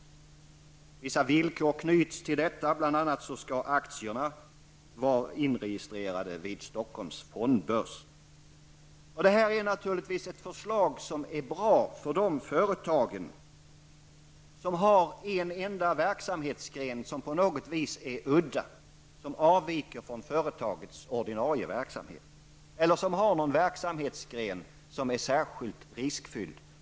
Det knyts vissa villkor till detta, bl.a. att aktierna skall vara inregistrerade vid Stockholms fondbörs. Detta är naturligtvis ett förslag som är bra för de företag som har en enda verksamhetsgren som på något vis är udda och avviker från företagets ordinarie verksamhet eller för de företag som har en verksamhetsgren som är särskilt riskfylld.